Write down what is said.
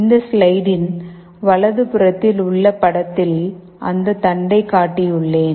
இந்த ஸ்லைடின் வலதுபுறத்தில் உள்ள படத்தில் அந்த தண்டை காட்டியுள்ளேன்